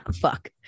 Fuck